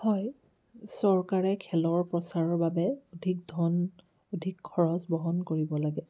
হয় চৰকাৰে খেলৰ প্ৰচাৰৰ বাবে অধিক ধন অধিক খৰচ বহন কৰিব লাগে